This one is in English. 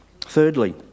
thirdly